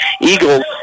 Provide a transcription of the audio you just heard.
Eagles